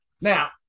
Now